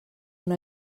una